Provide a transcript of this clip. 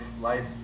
life